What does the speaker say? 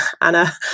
Anna